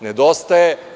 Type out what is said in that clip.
Nedostaje.